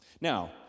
Now